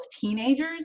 teenagers